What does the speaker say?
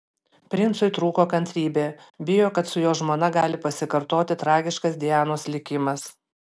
princui trūko kantrybė bijo kad su jo žmona gali pasikartoti tragiškas dianos likimas